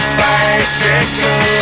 bicycle